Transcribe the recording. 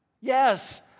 Yes